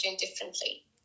differently